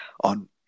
on